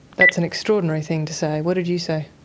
that's an extraordinary thing to say. what did you say?